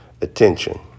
attention